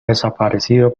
desaparecido